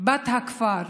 בת הכפר,